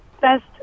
best